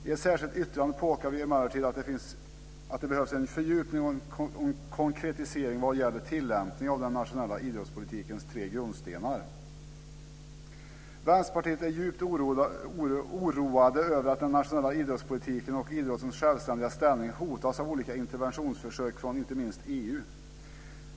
I ett särskilt yttrande påpekar vi emellertid att det behövs en fördjupning och konkretisering vad gäller tillämpningen av den nationella idrottspolitikens tre grundstenar. Vi i Vänsterpartiet är djupt oroade över att den nationella idrottspolitiken och idrottens självständiga ställning hotas av olika interventionsförsök från inte minst EU.